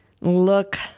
look